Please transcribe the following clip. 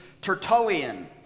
Tertullian